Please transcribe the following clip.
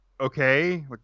Okay